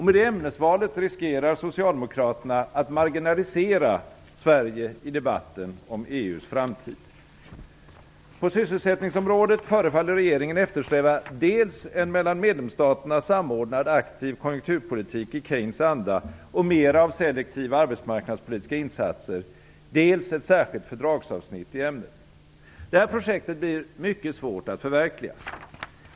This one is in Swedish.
Med det ämnesvalet riskerar Socialdemokraterna att marginalisera På sysselsättningsområdet förefaller regeringen eftersträva dels en mellan medlemsstaterna samordnad aktiv konjunkturpolitik i Keynes anda och mera av selektiva arbetsmarknadspolitiska insatser, dels ett särskilt fördragsavsnitt i ämnet. Det här projektet blir mycket svårt att förverkliga.